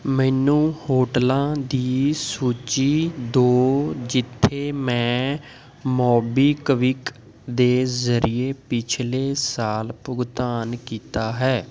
ਮੈਨੂੰ ਹੋਟਲਾਂ ਦੀ ਸੂਚੀ ਦਿਓ ਜਿੱਥੇ ਮੈਂ ਮੋਬੀਕਵਿਕ ਦੇ ਜ਼ਰੀਏ ਪਿਛਲੇ ਸਾਲ ਭੁਗਤਾਨ ਕੀਤਾ ਹੈ